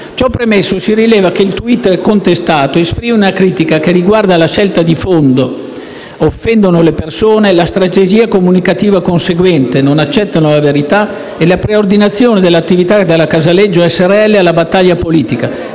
Ciò premesso, si rileva che il *tweet* contestato esprime una critica che riguarda la scelta di fondo («offendono le persone»), la strategia comunicativa conseguente («non accettano la verità») e la preordinazione dell'attività della Casaleggio Associati Srl alla battaglia politica,